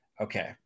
okay